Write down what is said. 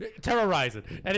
Terrorizing